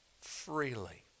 freely